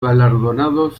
galardonados